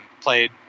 played